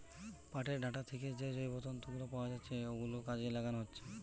পাটের ডাঁটা থিকে যে জৈব তন্তু গুলো পাওয়া যাচ্ছে ওগুলো কাজে লাগানো হচ্ছে